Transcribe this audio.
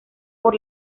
por